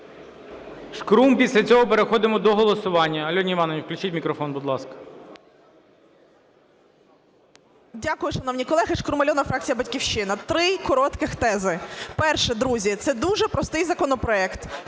Шкрум. Після цього переходимо до голосування. Альоні Іванівні включіть мікрофон, будь ласка.